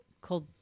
called